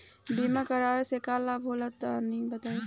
बीमा करावे से का लाभ होला तनि बताई?